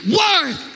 worth